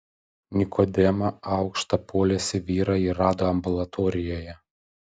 nikodemą aukštą poliesį vyrą ji rado ambulatorijoje